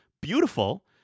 beautiful